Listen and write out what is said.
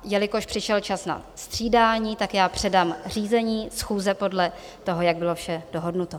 Jelikož přišel čas na střídání, tak předám řízení schůze podle toho, jak bylo vše dohodnuto.